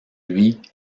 lui